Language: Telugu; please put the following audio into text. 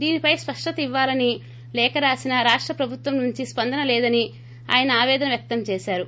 దీనిపై స్పష్టత ఇవ్వాలని లేఖ రాసినా రాష్ట ప్రభుత్వం నుంచి స్పందన లేదని ఆయన ఆవేదన వ్యక్తం చేశారు